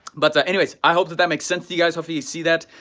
but so anyways, i hope that that makes sense to you guys. hopefully you see that